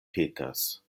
peters